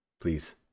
Please